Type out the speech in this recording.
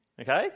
Okay